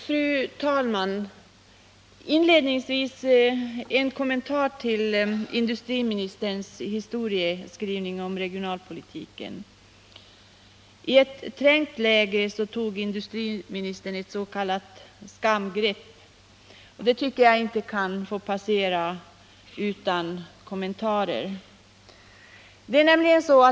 Fru talman! Inledningsvis en kommentar till industriministerns historieskrivning om regionalpolitiken. I ett trängt läge tog industriministern ett s.k. skamgrepp, och det tycker jag inte kan få passera utan kommentarer.